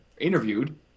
interviewed